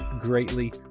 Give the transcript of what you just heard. greatly